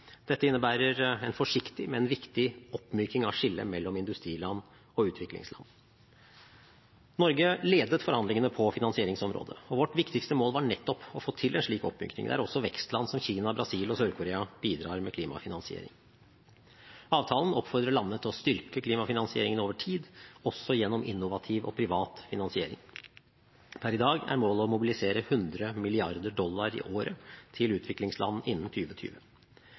Dette innebærer en forsiktig, men viktig oppmyking av skillet mellom industriland og utviklingsland. Norge ledet forhandlingene på finansieringsområdet, og vårt viktigste mål var nettopp å få til en slik oppmyking, der også vekstland som Kina, Brasil og Sør-Korea bidrar med klimafinansiering. Avtalen oppfordrer landene til å styrke klimafinansieringen over tid, også gjennom innovativ og privat finansiering. Per i dag er målet å mobilisere 100 mrd. dollar i året til utviklingsland innen